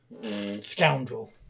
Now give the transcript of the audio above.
scoundrel